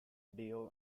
dio